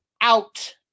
out